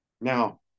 Now